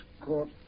Court